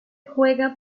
juega